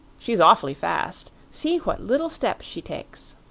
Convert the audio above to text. she's awfully fast see what little steps she takes.